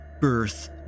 birth